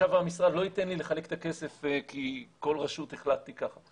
חשב המשרד לא ייתן לי לחלק את הכסף כי כל רשות החלטתי ככה.